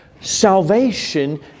salvation